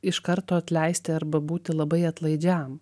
iš karto atleisti arba būti labai atlaidžiam